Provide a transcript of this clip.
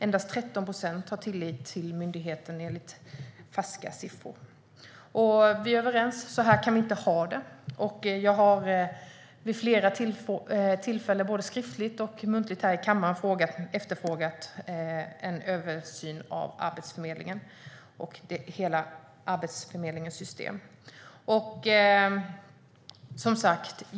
Endast 13 procent har tillit till myndigheten, enligt en färsk undersökning. Vi är överens om att så här kan vi inte ha det. Jag har vid flera tillfällen, både skriftligt och muntligt här i kammaren, efterfrågat en översyn av Arbetsförmedlingen och dess hela system.